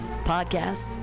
Podcasts